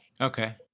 okay